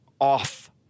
off